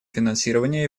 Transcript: финансирования